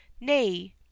nay